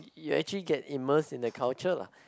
you actually get immersed in the culture